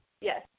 Yes